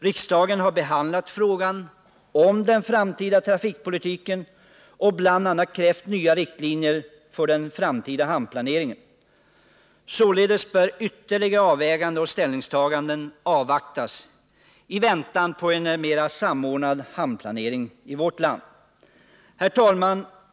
Riksdagen har behandlat frågan om den framtida trafikpolitiken och bl.a. krävt nya riktlinjer för den framtida hamnplaneringen. Således bör ytterligare avväganden och ställningstaganden avvaktas i väntan på en samordnad hamnplanering i vårt land. Herr talman!